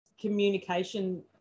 communication